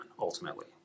ultimately